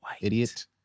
idiot